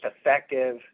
effective